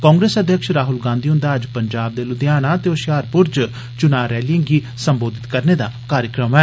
कांग्रेस अध्यक्ष राहल गांधी हन्दा अज्ज पंजाब दे ल्धियाना ते होशियारप्र च च्ना रैलियें गी सम्बोधित करदे दा कार्यक्रम ऐ